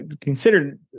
considered